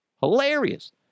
Hilarious